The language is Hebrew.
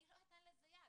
אני לא אתן לזה יד.